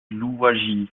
louwagie